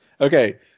Okay